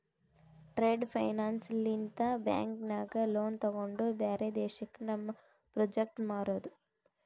trade finance ಲಿಂತ bank ನಾಗ್ loan ತೊಗೊಂಡು ಬ್ಯಾರೆ ದೇಶಕ್ಕ ನಮ್ ಪ್ರೋಡಕ್ಟ್ ಮಾರೋದು